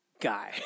guy